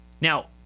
Now